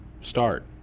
start